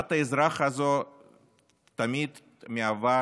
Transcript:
עמדת האזרח הזאת תמיד מהווה